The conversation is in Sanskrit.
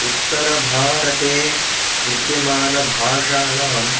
उत्तरभारते विद्यमानभाषाणां